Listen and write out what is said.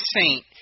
saint